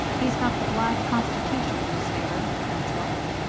he's got the blythe constitution in his favor, that's what.